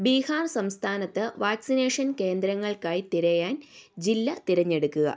ബീഹാർ സംസ്ഥാനത്ത് വാക്സിനേഷൻ കേന്ദ്രങ്ങൾക്കായി തിരയാൻ ജില്ല തിരഞ്ഞെടുക്കുക